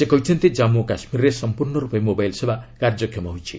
ସେ କହିଛନ୍ତି ଜାମ୍ମୁ ଓ କାଶ୍କୀରରେ ସମ୍ପର୍ଷର୍ଣରପେ ମୋବାଇଲ ସେବା କାର୍ଯ୍ୟକ୍ଷମ ହୋଇଛି